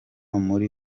muri